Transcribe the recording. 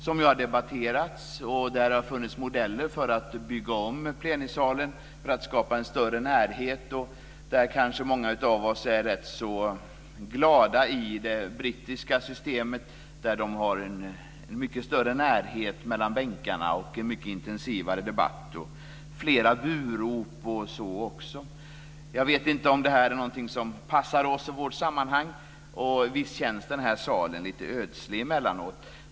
Detta har debatterats, och det har funnits modeller för att bygga om plenisalen för att skapa en större närhet. Många av oss är väl rätt så glada i det brittiska systemet, där man har en mycket större närhet mellan bänkarna, en mycket intensivare debatt och även flera burop osv. Jag vet inte om det är någonting som passar oss i vårt sammanhang, men visst känns den här salen lite ödslig emellanåt.